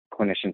clinicians